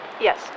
Yes